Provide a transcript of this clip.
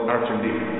Argentina